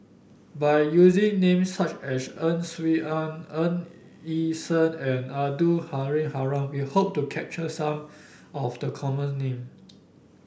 by using names such as Ang Swee Aun Ng Yi Sheng and Abdul Halim Haron we hope to capture some of the common names